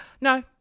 No